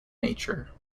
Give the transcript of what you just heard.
nature